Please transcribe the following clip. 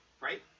right